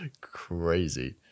Crazy